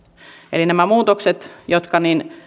nämä muutokset